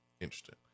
Interesting